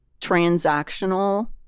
transactional